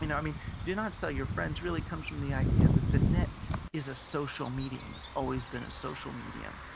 i mean do not sell your friends really comes from the idea that the net is a social medium, it's always been a social medium,